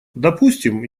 допустим